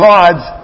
God's